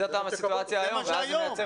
ג' ד' זאת הסיטואציה היום ואז זה מייצר